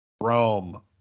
Rome